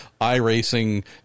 iRacing